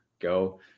go